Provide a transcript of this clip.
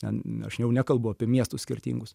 ten aš jau nekalbu apie miestus skirtingus